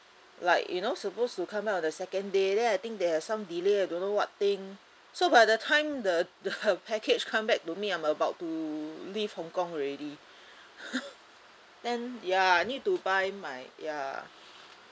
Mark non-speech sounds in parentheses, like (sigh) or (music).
like you know supposed to come out on the second day then I think they have some delay I don't know what thing so by the time the the package come back to me I'm about to leave hong kong already (laughs) then ya I need to buy my ya